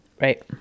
Right